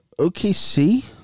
OKC